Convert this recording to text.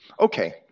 Okay